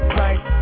right